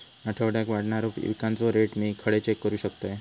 आठवड्याक वाढणारो पिकांचो रेट मी खडे चेक करू शकतय?